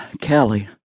Kelly